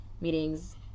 meetings